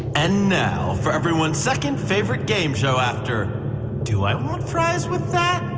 and now for everyone's second-favorite game show after do i want fries with that?